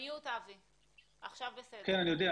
כרגע